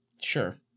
Sure